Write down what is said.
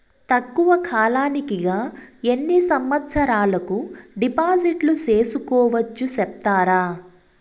తక్కువ కాలానికి గా ఎన్ని సంవత్సరాల కు డిపాజిట్లు సేసుకోవచ్చు సెప్తారా